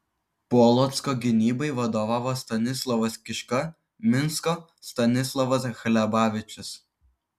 polocko gynybai vadovavo stanislovas kiška minsko stanislovas hlebavičius